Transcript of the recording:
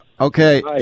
Okay